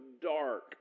dark